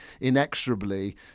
inexorably